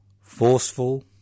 forceful